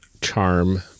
charm